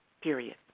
Period